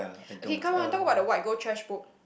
okay come on talk about the white gold chase book